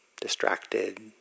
distracted